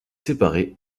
séparée